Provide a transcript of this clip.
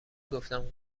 گفتم